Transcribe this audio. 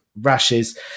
rashes